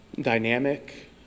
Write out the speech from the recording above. dynamic